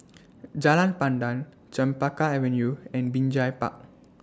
Jalan Pandan Chempaka Avenue and Binjai Park